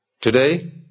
Today